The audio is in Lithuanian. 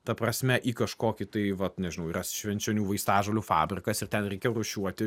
ta prasme į kažkokį tai vat nežinau yra švenčionių vaistažolių fabrikas ir ten reikia rūšiuoti